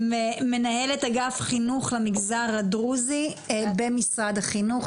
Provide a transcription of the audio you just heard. מנהלת אגף חינוך למגזר הדרוזי במשרד החינוך.